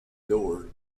door